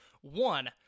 one